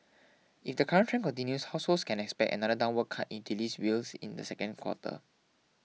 if the current trend continues households can expect another downward cut in utilities bills in the second quarter